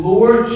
Lord